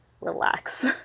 relax